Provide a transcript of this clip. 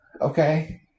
Okay